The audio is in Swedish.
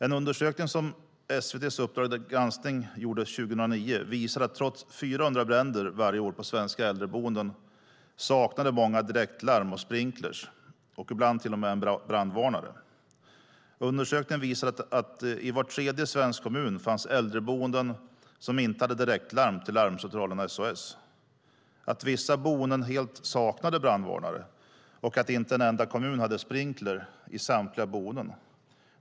En undersökning som SVT:s Uppdrag granskning gjorde 2009 visade att trots 400 bränder varje år på svenska äldreboenden saknade många direktlarm, sprinkler och ibland till och med brandvarnare. Undersökningen visade att i var tredje svensk kommun fanns äldreboenden som inte hade direktlarm till larmcentralen SOS, att vissa boenden helt saknade brandvarnare och att inte en enda kommun hade sprinkler i samtliga boenden.